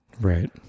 Right